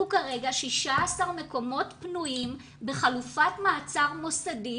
כרגע 16 מקומות פנויים בחלופת מעצר מוסדית